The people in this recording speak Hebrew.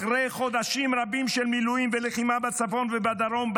אחרי חודשים רבים של מילואים ולחימה בצפון ובדרום,